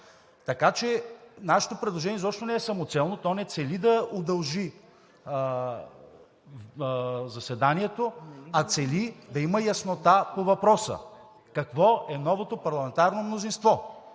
Така че нашето предложение изобщо не е самоцелно. То не цели да удължи заседанието, а цели да има яснота по въпроса какво е новото парламентарно мнозинство